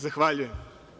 Zahvaljujem.